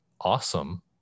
awesome